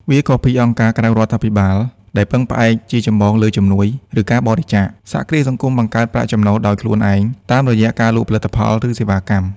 វាខុសពីអង្គការក្រៅរដ្ឋាភិបាល ដែលពឹងផ្អែកជាចម្បងលើជំនួយឬការបរិច្ចាគ សហគ្រាសសង្គមបង្កើតប្រាក់ចំណូលដោយខ្លួនឯងតាមរយៈការលក់ផលិតផល ឬសេវាកម្ម។